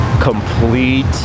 complete